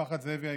משפחת זאבי היקרה,